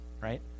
right